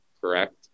correct